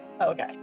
Okay